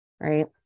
Right